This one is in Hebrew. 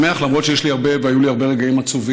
שמח, למרות שיש לי והיו לי הרבה רגעים עצובים,